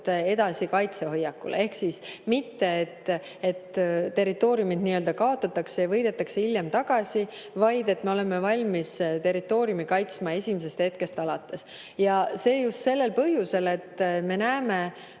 edasi kaitsehoiakule. Ehk mitte nii, et territooriumid nii‑öelda kaotatakse ja võidetakse hiljem tagasi, vaid et me oleme valmis territooriumi kaitsma esimesest hetkest alates. Just sellel põhjusel, et me näeme,